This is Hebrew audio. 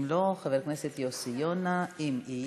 אם לא, חבר הכנסת יוסי יונה, אם יהיה,